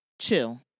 chill